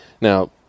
Now